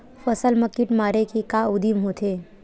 फसल मा कीट मारे के का उदिम होथे?